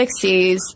60s